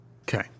Okay